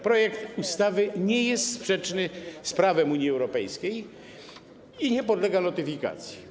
Projekt ustawy nie jest sprzeczny z prawem Unii Europejskiej i nie podlega notyfikacji.